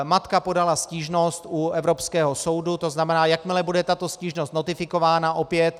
Matka podala stížnost u evropského soudu, tzn. jakmile bude tato stížnost notifikována, opět